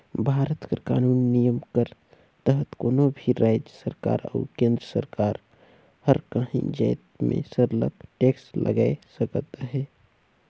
भारत कर कानूनी नियम कर तहत कोनो भी राएज सरकार अउ केन्द्र कर सरकार हर काहीं जाएत में सरलग टेक्स लगाए सकत अहे